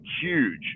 huge